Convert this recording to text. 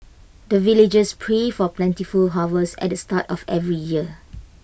the villagers pray for plentiful harvest at the start of every year